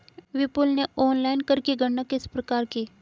विपुल ने ऑनलाइन कर की गणना किस प्रकार की?